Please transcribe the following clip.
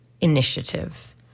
initiative